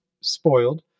spoiled